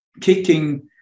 kicking